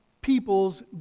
people's